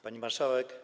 Pani Marszałek!